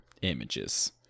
images